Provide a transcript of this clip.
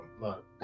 Look